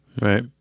Right